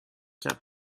quatre